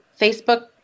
Facebook